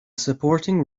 supporting